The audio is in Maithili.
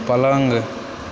पलङ्ग